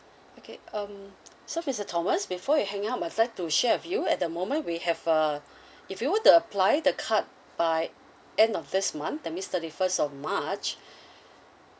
okay um so mister thomas before we hang up I'll like to share with you at the moment we have uh if you were to apply the card by end of this month that means thirty first of march